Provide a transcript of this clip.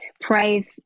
pray